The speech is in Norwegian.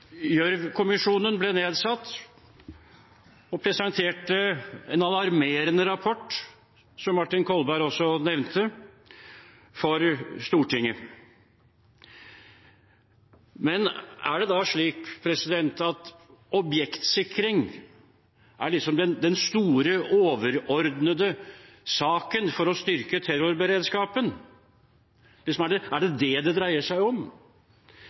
Gjørv-kommisjonen ble nedsatt og presenterte, som også Martin Kolberg nevnte, en alarmerende rapport for Stortinget. Men er det slik at objektsikring er den store, overordnede saken når det gjelder å styrke terrorberedskapen? Er det det det dreier seg om?